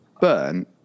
burn